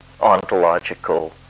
ontological